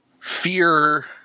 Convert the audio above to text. Fear